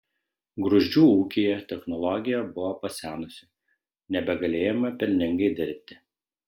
gruzdžių ūkyje technologija buvo pasenusi nebegalėjome pelningai dirbti